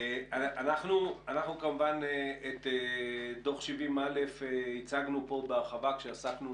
אנחנו את דוח 70א הצגנו פה בהרחבה כשעסקנו,